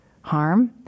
harm